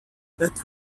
that